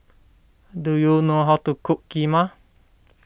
do you know how to cook Kheema